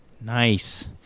nice